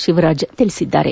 ಶಿವರಾಜ್ ತಿಳಿಸಿದ್ದಾರೆ